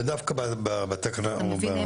ודווקא בתקנה --- מופיד,